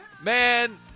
man